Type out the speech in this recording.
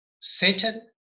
Satan